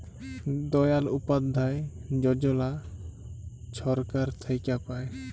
দয়াল উপাধ্যায় যজলা ছরকার থ্যাইকে পায়